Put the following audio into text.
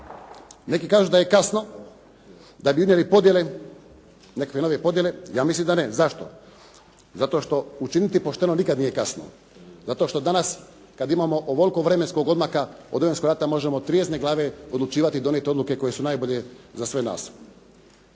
Neki kažu da je kasno, da bi imali podjele, nekakve nove podjele, ja mislim da ne. Zašto? Zato što učiniti pošteno nikad nije kasno. Zato što danas kad imamo ovoliko vremenskog odmaka od Domovinskog rata možemo trijezne glave odlučivati i donijeti odluke koje su najbolje za sve nas.